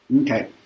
Okay